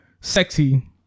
sexy